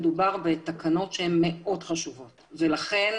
מדובר בתקנות שהן מאוד חשובות ולכן